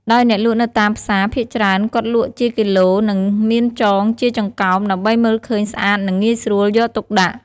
ដោយអ្នកលក់នៅតាមផ្សារភាគច្រើនគាត់លក់ជាគីឡូនិងមានចងជាចង្កោម ដើម្បីមើលឃើញស្អាតនិងងាយស្រួលយកទុកដាក់។